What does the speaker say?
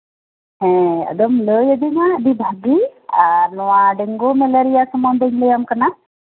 ᱦᱮᱸ ᱟᱫᱚᱢ ᱞᱟᱹᱭ ᱟᱹᱫᱤᱧᱟ ᱟᱹᱰᱤ ᱵᱷᱟᱹᱜᱤ ᱟᱨ ᱱᱚᱶᱟ ᱰᱮᱝᱜᱩ ᱢᱮᱞᱮᱨᱤᱭᱟ ᱥᱚᱢᱚᱱᱫᱷᱮ ᱞᱟᱹᱭ ᱟᱢ ᱠᱟᱱᱟ